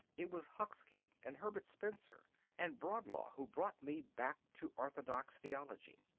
it was huxley and herbert spencer and bradlaugh who brought me back to orthodox theology.